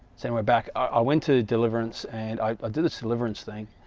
saying, we're back i went to deliverance and i did this deliverance thing